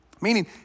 Meaning